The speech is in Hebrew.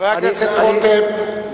חבר הכנסת רותם,